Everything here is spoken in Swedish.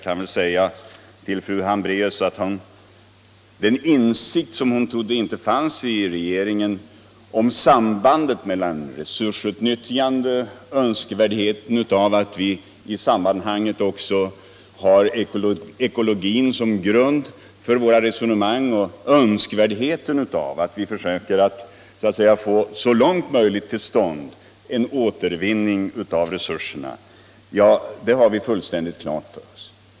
Låt mig i detta sammanhang säga till fru Hambraeus att regeringen fullt ut inser önskvärdheten av att vi också har ekologin som grund för våra resonemang och av att vi så långt som möjligt får till stånd en återvinning av resurserna.